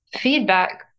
feedback